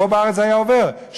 שפה בארץ הייתה עוברת,